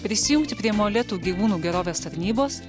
prisijungti prie molėtų gyvūnų gerovės tarnybos